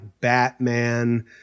Batman